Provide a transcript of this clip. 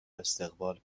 استقبال